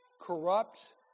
corrupt